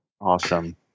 Awesome